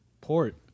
port